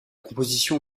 composition